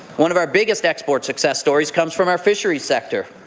one of our biggest export success stories comes from our fisheries sector.